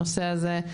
הנושא הזה,